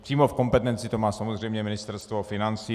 Přímo v kompetenci to má samozřejmě Ministerstvo financí.